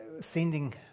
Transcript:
Sending